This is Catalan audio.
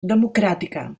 democràtica